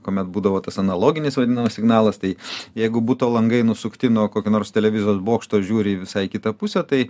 kuomet būdavo tas analoginiais vadinamas signalas tai jeigu buto langai nusukti nuo kokio nors televizijos bokšto žiūri į visai kitą pusę tai